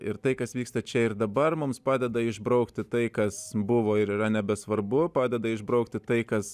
ir tai kas vyksta čia ir dabar mums padeda išbraukti tai kas buvo ir yra nebesvarbu padeda išbraukti tai kas